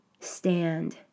stand